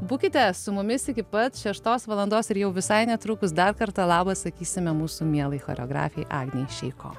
būkite su mumis iki pat šeštos valandos ir jau visai netrukus dar kartą labas sakysime mūsų mielai choreografei agnijai šeiko